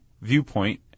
viewpoint